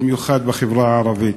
במיוחד בחברה הערבית.